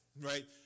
right